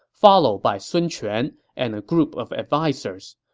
followed by sun quan and a group of advisers.